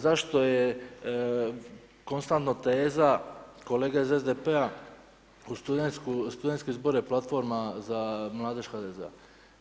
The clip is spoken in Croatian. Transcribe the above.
Zašto je konstantno teza kolega iz SDP-a studentski zbor je platforma za mladež HDZ-a.